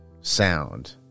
sound